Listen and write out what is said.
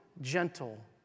gentle